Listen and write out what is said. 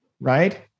Right